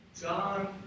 John